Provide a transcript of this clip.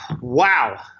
wow